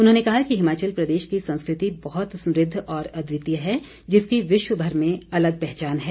उन्होंने कहा कि हिमाचल प्रदेश की संस्कृति बहुत समृद्ध और अद्वितीय है जिसकी विश्व भर में अलग पहचान है